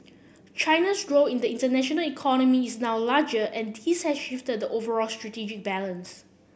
China's role in the international economy is now larger and this has shifted the overall strategic balance